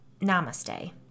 Namaste